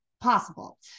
possible